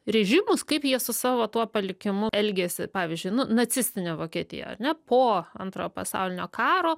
režimus kaip jie su savo tuo palikimu elgiasi pavyzdžiui nu nacistinė vokietija ar ne po antrojo pasaulinio karo